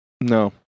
No